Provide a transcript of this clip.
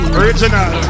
original